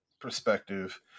perspective